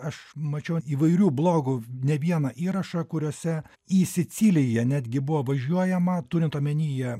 aš mačiau įvairių blogų ne vieną įrašą kuriuose į siciliją netgi buvo važiuojama turint omenyje